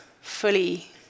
fully